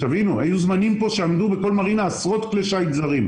היו זמנים שעמדו בכל מרינה עשרות כלי שיט זרים.